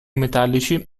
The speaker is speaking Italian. metallici